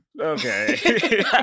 okay